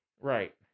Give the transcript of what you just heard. Right